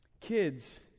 Kids